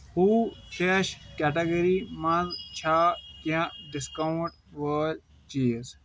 حوٗو فرٛٮ۪ش کیٹَگری مَنٛز چھا کینٛہہ ڈسکاونٛٹ وٲلۍ چیٖز؟